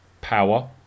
power